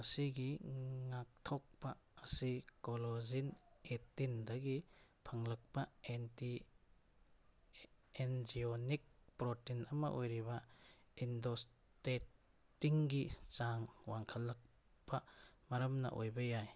ꯃꯁꯤꯒꯤ ꯉꯥꯛꯊꯣꯛꯄ ꯑꯁꯤ ꯀꯣꯂꯣꯖꯤꯟ ꯑꯩꯠꯇꯤꯟꯗꯒꯤ ꯐꯪꯂꯛꯄ ꯑꯦꯟꯇꯤ ꯑꯦꯟꯖꯤꯌꯣꯅꯤꯛ ꯄ꯭ꯔꯣꯇꯤꯟ ꯑꯃ ꯑꯣꯏꯔꯤꯕ ꯏꯟꯗꯣꯁꯇꯦꯠꯇꯤꯡꯒꯤ ꯆꯥꯡ ꯋꯥꯡꯈꯠꯂꯛꯄ ꯃꯔꯝꯅ ꯑꯣꯏꯕ ꯌꯥꯏ